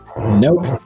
nope